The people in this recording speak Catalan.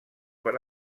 per